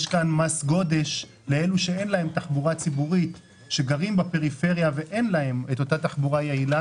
יש כאן מס גודש לאלה שגרים בפריפריה ואין להם את אותה תחבורה יעילה.